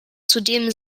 zudem